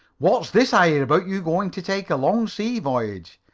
what's this i hear about you going to take a long sea voyage?